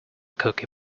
cookie